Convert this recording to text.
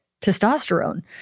testosterone